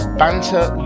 banter